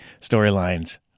storylines